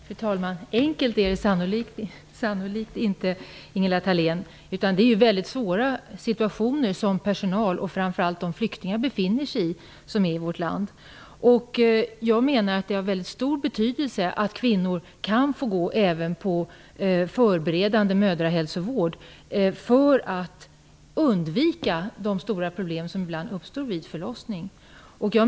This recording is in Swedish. Fru talman! Nej, det är sannolikt inte enkelt, Ingela Thalén. Det är väldigt svåra situationer som personal och framför allt flyktingar befinner sig i. Det är av stor betydelse att kvinnor får gå på förberedande mödrahälsovård för att man skall kunna undvika de stora problem som ibland kan uppstå vid förlossning.